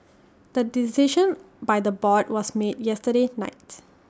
the decision by the board was made yesterday night